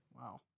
Wow